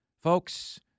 Folks